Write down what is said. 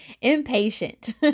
impatient